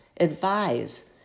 advise